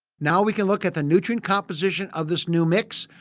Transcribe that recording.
now we can look at the nutrient composition of this new mix.